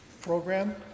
program